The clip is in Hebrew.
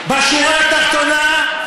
בשורה התחתונה,